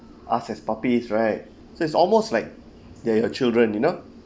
us as puppies right so it's almost like they are your children you know